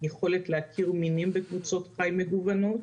יכולת להכיר מינים בקבוצות חי מגוונות.